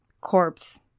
corpse